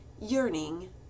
yearning